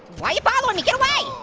why are you following me, get away.